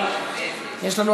כל אחד בא מעולם המושגים שלו.